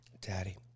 daddy